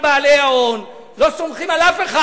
לא סומכים על בעלי ההון, לא סומכים על אף אחד.